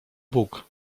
bóg